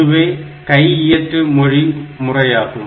இதுவே கையியற்று மொழி முறையாகும்